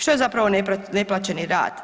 Što je zapravo neplaćeni rad?